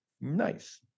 nice